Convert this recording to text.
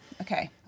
Okay